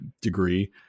degree